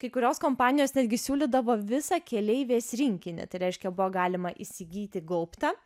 kai kurios kompanijos netgi siūlydavo visą keleivės rinkinį tai reiškia buvo galima įsigyti gaubtą